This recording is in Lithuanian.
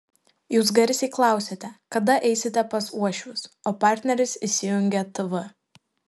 jūs garsiai klausiate kada eisite pas uošvius o partneris įsijungia tv